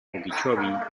okeechobee